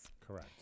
Correct